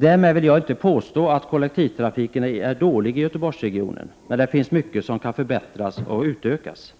Därmed vill jag inte påstå att kollektivtrafiken är dålig i Göteborgsregionen, men mycket kan förbättras och utökas.